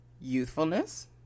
Youthfulness